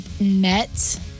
met